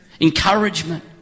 Encouragement